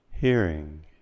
hearing